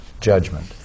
judgment